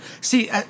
See